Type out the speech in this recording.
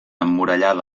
emmurallada